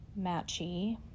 Matchy